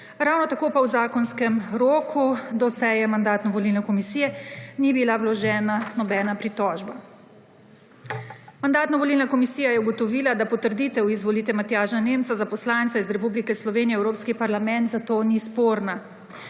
ravno tako pa v zakonskem roku do seje Mandatno-volilne komisije ni bila vložena nobena pritožba. Mandatno-volilna komisija je ugotovila, da potrditev izvolitve Matjaža Nemca za poslanca iz Republike Slovenije v Evropski parlament zato ni sporna.